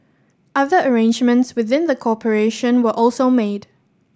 other arrangements within the corporation were also made